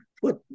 put